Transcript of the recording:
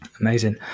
amazing